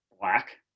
black